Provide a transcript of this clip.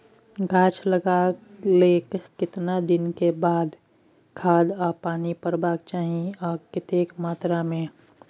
गाछ लागलाक कतेक दिन के बाद खाद आ पानी परबाक चाही आ कतेक मात्रा मे?